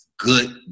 good